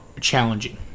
challenging